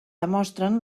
demostren